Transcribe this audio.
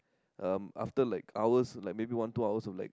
um after like hours like maybe one two hours of like